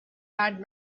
had